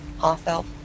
half-elf